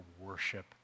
worship